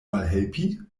malhelpi